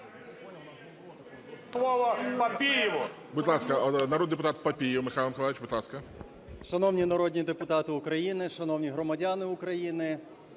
Шановні народні депутати України, шановні громадяни України!